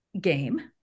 game